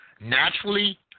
naturally